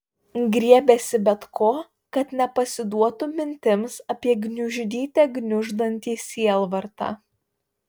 griebėsi bet ko kad nepasiduotų mintims apie gniuždyte gniuždantį sielvartą